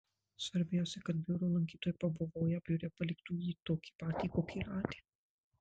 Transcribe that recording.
svarbiausia kad biuro lankytojai pabuvoję biure paliktų jį tokį patį kokį radę